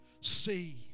see